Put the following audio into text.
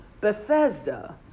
Bethesda